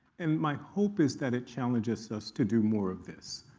and my hope is that it challenges us to do more of this,